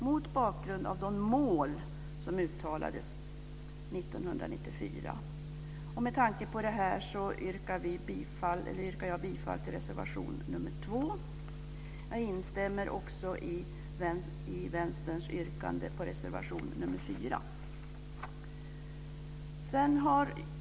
Mot bakgrund av de mål som uttalades 1994 och med det anförda yrkar jag bifall till reservation nr 2. Jag instämmer också i Vänsterns yrkande om bifall till reservation nr 4.